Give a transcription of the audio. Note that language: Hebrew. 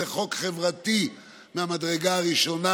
זה חוק חברתי מהמדרגה הראשונה.